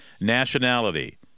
nationality